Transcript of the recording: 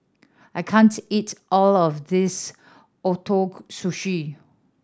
I can't eat all of this Ootoro Sushi